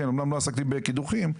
אמנם לא עסקתי בקידוחים,